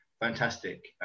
fantastic